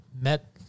met